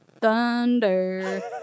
thunder